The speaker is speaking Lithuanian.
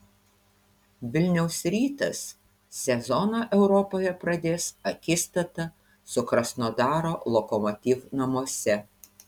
vilniaus rytas sezoną europoje pradės akistata su krasnodaro lokomotiv namuose